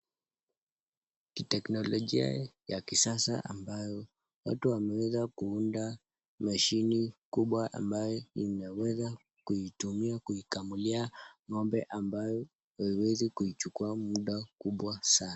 Kiteknolojia ya kisasa ambayo watu wameweza kuunda mashini kubwa ambayo inaweza kuitumia kuikamulia ng'ombe ambayo haiwezi kuichukua muda kubwa sana.